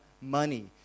money